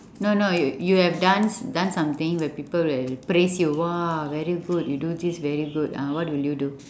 no no y~ you have done s~ done something where people will praise you !wah! very good you do this very good ah what will you do